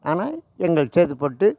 ஆனால் எங்கள் சேத்துப்பட்டு